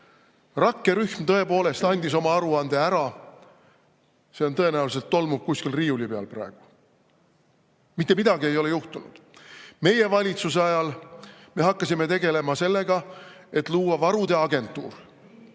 Rakkerühm tõepoolest andis oma aruande üle, see tõenäoliselt tolmub kuskil riiuli peal praegu. Mitte midagi ei ole juhtunud. Meie valitsuse ajal me hakkasime tegelema sellega, et luua varude agentuur.